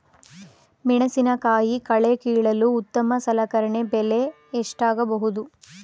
ಮೆಣಸಿನಕಾಯಿ ಕಳೆ ಕೀಳಲು ಉತ್ತಮ ಸಲಕರಣೆ ಬೆಲೆ ಎಷ್ಟಾಗಬಹುದು?